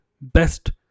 best